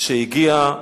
שהגיעה